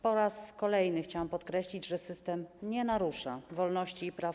Po raz kolejny chciałam podkreślić, że system nie narusza wolności i praw.